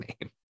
name